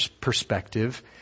perspective